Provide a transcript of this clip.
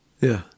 Yeah